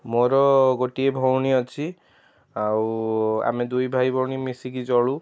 ମୋର ଗୋଟିଏ ଭଉଣୀ ଅଛି ଆଉ ଆମେ ଦୁଇ ଭାଇ ଭଉଣୀ ମିଶିକି ଚଳୁ